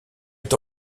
est